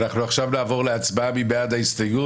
נצביע על הסתייגות 254. מי בעד?